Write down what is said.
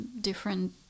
different